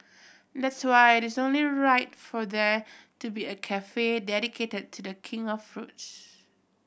that's why it is only right for there to be a cafe dedicated to The King of fruits